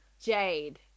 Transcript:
Jade